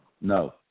No